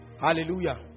Hallelujah